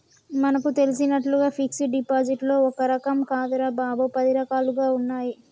మనకు తెలిసినట్లుగా ఫిక్సడ్ డిపాజిట్లో ఒక్క రకం కాదురా బాబూ, పది రకాలుగా ఉన్నాయి